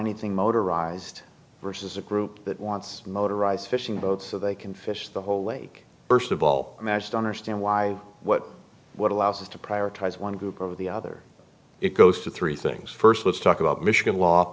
anything motorized versus a group that wants motorized fishing boats so they can fish the whole lake first of all managed to understand why what what allows us to prioritize one group of the other it goes to three things first let's talk about michigan la